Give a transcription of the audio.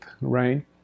right